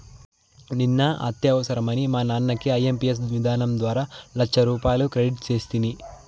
నిన్న అత్యవసరమని మా నాన్నకి ఐఎంపియస్ విధానం ద్వారా లచ్చరూపాయలు క్రెడిట్ సేస్తిని